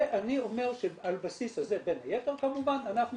ואני אומר שעל הבסיס הזה בין היתר כמובן אנחנו